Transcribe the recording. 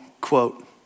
Quote